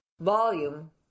volume